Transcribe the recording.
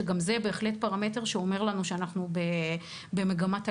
שגם זה בהחלט פרמטר שאומר לנו שאנחנו במגמת עלייה.